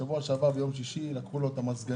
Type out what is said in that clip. בשבוע שעבר נכנסו ולקחו לו את המזגנים.